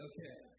Okay